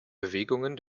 bewegungen